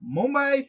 Mumbai